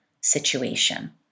situation